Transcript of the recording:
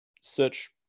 search